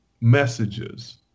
messages